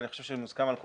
ואני חושב שמוסכם על כולם,